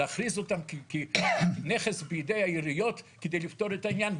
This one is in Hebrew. להכריז אותם כנכס בידי העיריות כדי לפתור את העניין.